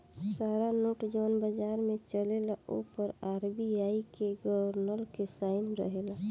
सारा नोट जवन बाजार में चलेला ओ पर आर.बी.आई के गवर्नर के साइन रहेला